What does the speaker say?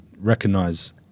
recognize